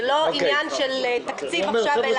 זה לא עניין של תקציב עכשיו.